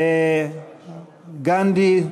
וגנדי,